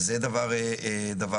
זה דבר אחד,